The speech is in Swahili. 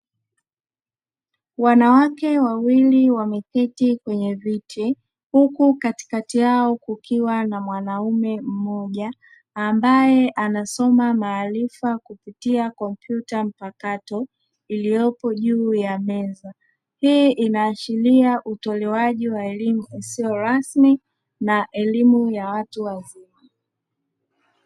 Wanawake wawili wameketi kwenye viti huku katikati yao kukiwa na mwanaume mmoja ambaye anasoma maarifa kupitia kompyuta mpakato iliyopo juu ya meza, hii inaashiria utolewaji wa elimu isiyo rasmi na elimu ya watu wazima.